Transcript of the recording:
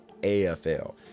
AFL